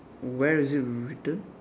where is it written